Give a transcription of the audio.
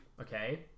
okay